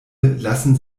lassen